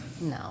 No